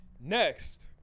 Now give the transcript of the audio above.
Next